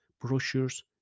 brochures